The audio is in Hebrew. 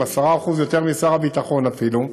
10% יותר משר הביטחון אפילו,